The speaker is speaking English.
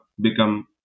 become